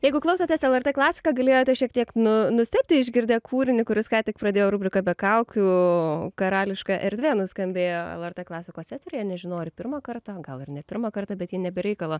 jeigu klausotės lrt klasika galėjote šiek tiek nu nustebti išgirdę kūrinį kuris ką tik pradėjo rubriką be kaukių karališka erdvė nuskambėjo lrt klasikos eteryje nežinau ar pirmą kartą gal ir ne pirmą kartą bet ji ne be reikalo